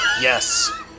yes